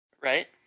Right